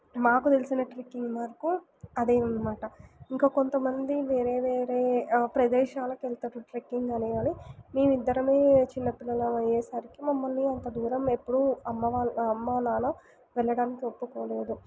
మాకు తెలిసిన ట్రెక్కింగ్ వరకు అదే అన్నమాట ఇంకా కొంతమంది వేరే వేరే ప్రదేశాలకు వెళతారు ట్రెక్కింగ్ అని కానీ మేము ఇద్దరమే చిన్నపిల్లలము అయ్యేసరికి మమ్మల్ని అంత దూరం ఎప్పుడూ అమ్మవాళ్ళు అమ్మానాన్న వెళ్ళడానికి ఒప్పుకోలేదు